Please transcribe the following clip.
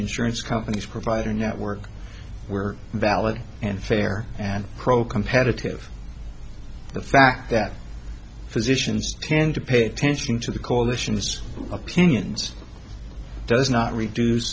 insurance companies provider network were valid and fair and crow competitive the fact that physicians tend to pay attention to the coalition's opinions does not reduce